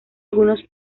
algunos